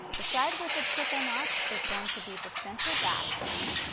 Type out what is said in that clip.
the side with the triple notch is going to be the center back seam.